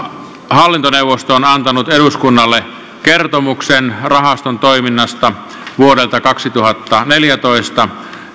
hallintoneuvosto on antanut eduskunnalle kertomuksen rahaston toiminnasta vuodelta kaksituhattaneljätoista